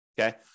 Okay